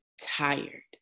tired